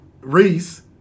Reese